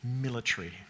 military